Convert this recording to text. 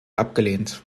abgelehnt